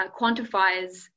quantifies